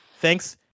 Thanks